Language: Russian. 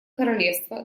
королевство